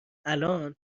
الان